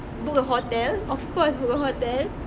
book a hotel of course book a hotel